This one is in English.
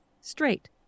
straight